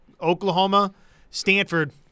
Oklahoma-Stanford